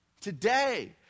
today